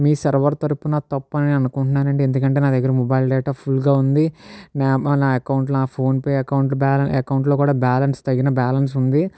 మీ server తరపున తప్పని అనుకుంటున్నాను ఎందుకంటే నా దగ్గర మొబైల్ డేటా ఫుల్గా ఉంది నా అకౌంట్ నా ఫోన్పే అకౌంట్ బ్యాలెన్స్ అకౌంట్లో బ్యాలెన్స్ తగిన బ్యాలెన్స్ ఉంది